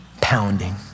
Pounding